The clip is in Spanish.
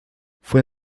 fue